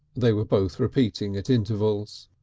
they were both repeating at intervals.